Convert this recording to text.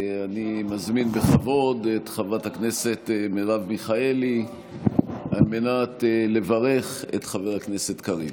אני מזמין בכבוד את חברת הכנסת מרב מיכאלי לברך את חבר הכנסת קריב,